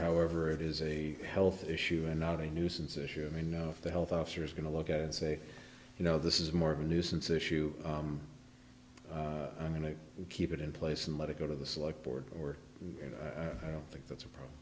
however it is a health issue and not a nuisance issue i mean no if the health officer is going to look at it and say you know this is more of a nuisance issue i'm going to keep it in place and let it go to the select board or i don't think that's a problem